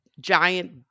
giant